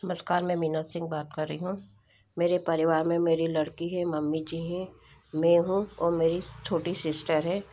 नमस्कार मैं मीना सिंह बात कर रही हूँ मेरे परिवार में मेरी लड़की है मम्मी जी हैं मैं हूँ और मेरी छोटी शिष्टर है